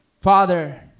Father